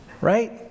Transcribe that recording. Right